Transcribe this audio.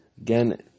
Again